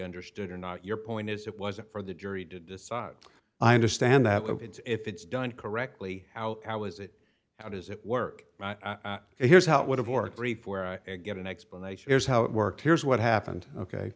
understood or not your point is it wasn't for the jury to decide i understand that if it's done correctly out how is it how does it work here's how it would have or grief where i get an explanation here's how it worked here's what happened ok